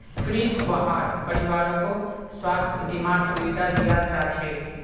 फ्रीत वहार परिवारकों स्वास्थ बीमार सुविधा दियाल जाछेक